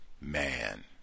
man